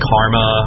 Karma